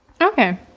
Okay